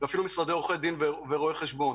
ואפילו משרדי עורכי דין ורואי חשבון.